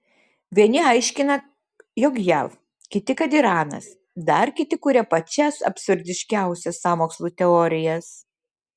vieni aiškina jog jav kiti kad iranas dar kiti kuria pačias absurdiškiausias sąmokslų teorijas